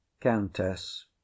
countess